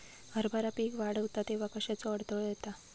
हरभरा पीक वाढता तेव्हा कश्याचो अडथलो येता?